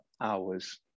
hours